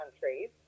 countries